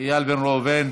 איל בן ראובן,